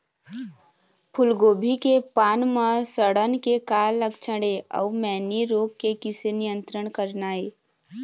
फूलगोभी के पान म सड़न के का लक्षण ये अऊ मैनी रोग के किसे नियंत्रण करना ये?